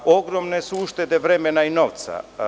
Ogromne su uštede vremena i novca.